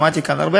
שמעתי כאן הרבה.